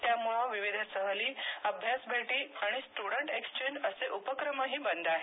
त्यामुळे विविध सहली अभ्यास भेटी आणि स्टुडंट एक्सचेंज असे उपक्रमही बंद आहेत